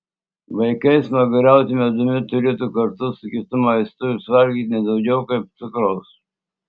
vaikai smaguriauti medumi turėtų kartu su kitu maistu ir suvalgyti ne daugiau kaip cukraus